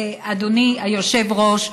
אדוני היושב-ראש,